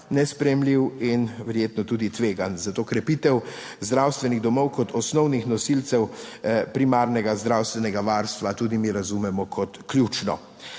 nesprejemljiv in verjetno tudi tvegan. Zato krepitev zdravstvenih domov kot osnovnih nosilcev primarnega zdravstvenega varstva tudi mi razumemo kot ključno.